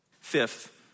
Fifth